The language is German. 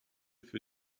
für